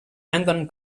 eton